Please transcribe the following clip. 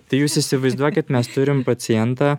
tai jūs įsivaizduokit mes turim pacientą